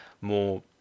more